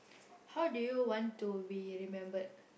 how do you want to be remembered